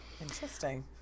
interesting